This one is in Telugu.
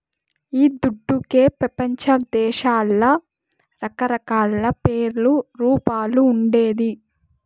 ఈ దుడ్డుకే పెపంచదేశాల్ల రకరకాల పేర్లు, రూపాలు ఉండేది